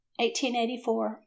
1884